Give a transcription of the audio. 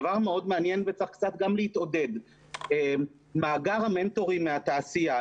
דבר מאוד מעניין וצריך קצת גם להתעודד - מאגר המנטורים מהתעשייה,